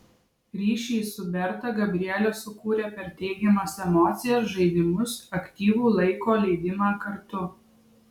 ryšį su berta gabrielė sukūrė per teigiamas emocijas žaidimus aktyvų laiko leidimą kartu